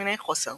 תסמיני חוסר